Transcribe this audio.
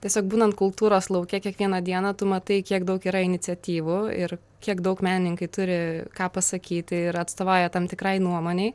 tiesiog būnant kultūros lauke kiekvieną dieną tu matai kiek daug yra iniciatyvų ir kiek daug menininkai turi ką pasakyti ir atstovauja tam tikrai nuomonei